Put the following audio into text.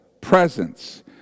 presence